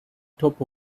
top